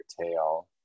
Tail